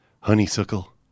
honeysuckle